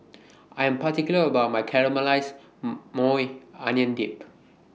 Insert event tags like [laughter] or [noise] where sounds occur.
I Am particular about My Caramelized [noise] Maui Onion Dip